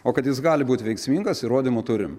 o kad jis gali būt veiksmingas įrodymų turim